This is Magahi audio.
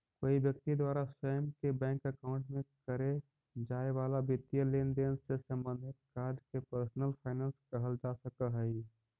कोई व्यक्ति द्वारा स्वयं के बैंक अकाउंट में करे जाए वाला वित्तीय लेनदेन से संबंधित कार्य के पर्सनल फाइनेंस कहल जा सकऽ हइ